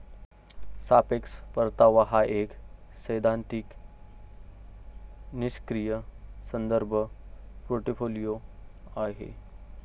सापेक्ष परतावा हा एक सैद्धांतिक निष्क्रीय संदर्भ पोर्टफोलिओ आहे